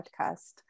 podcast